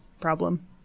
problem